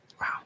Wow